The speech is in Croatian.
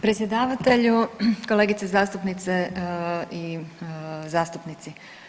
Predsjedavatelju, kolegice zastupnice i zastupnici.